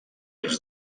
ens